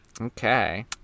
Okay